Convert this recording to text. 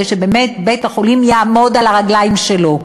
שבאמת בית-החולים יעמוד על הרגליים שלו.